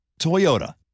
Toyota